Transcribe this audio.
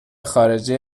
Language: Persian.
خارجی